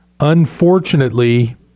Unfortunately